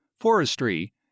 forestry